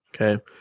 Okay